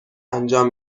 انجام